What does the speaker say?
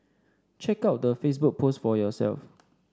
check out the Facebook post for yourself